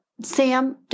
Sam